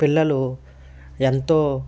పిల్లలు ఎంతో